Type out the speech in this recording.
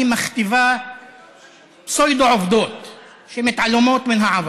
היא מכתיבה פסאודו-עובדות שמתעלמות מן העבר.